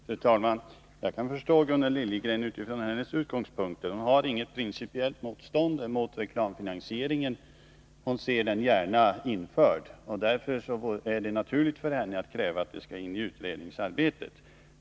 Fru talman! Jag kan förstå Gunnel Liljegren utifrån hennes utgångspunkter. Hon har inget principiellt motstånd mot reklamfinansieringen, utan ser gärna att den införs. Därför är det naturligt för henne att kräva att detta skall iniutredningsarbetet.